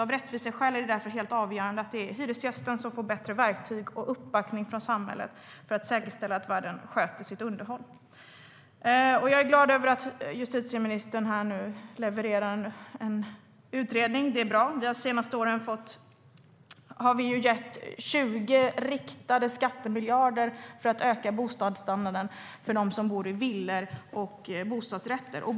Av rättviseskäl är det avgörande att hyresgästen får bättre verktyg och uppbackning från samhället för att säkerställa att värden sköter sitt underhåll. Jag är glad över att justitieministern levererar en utredning. De senaste åren har vi gett 20 riktade skattemiljarder för att öka bostadsstandarden för dem som bor i villor och bostadsrätter.